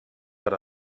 per